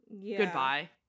goodbye